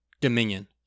Dominion